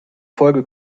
folge